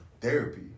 therapy